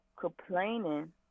complaining